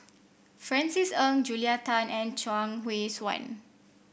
Francis Ng Julia Tan and Chuang Hui Tsuan